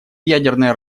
ядерное